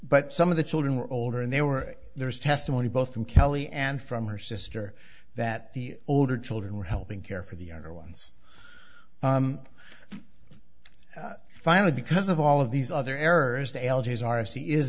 but some of the children were older and they were there's testimony both from kelley and from her sister that the older children were helping care for the younger ones finally because of all of these other errors the algaes arcee is